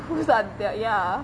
who is aadityaa ya